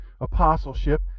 Apostleship